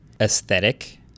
aesthetic